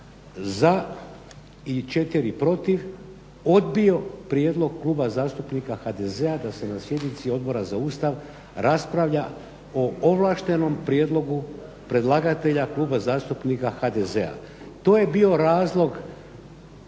za i četiri protiv odbio prijedlog Kluba zastupnika HDZ-a da se na sjednici Odbora za Ustav raspravlja o ovlaštenom prijedlogu predlagatelja Kluba zastupnika HDZ-a. To je bio razlog